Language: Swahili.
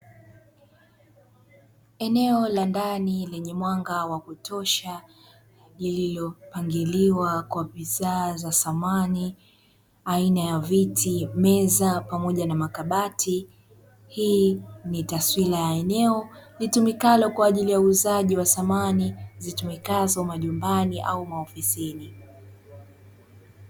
Eneo la ndani lenye mwanga wa kutosha, lililopangiliwa kwa bidhaa za samani aina ya viti, meza, pamoja na makabati. Hii ni taswira ya eneo litumikalo kwa ajili ya uuzaji wa samani zitumikazo majumbani au maofisini.